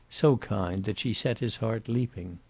so kind that she set his heart leaping.